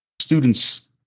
students